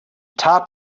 top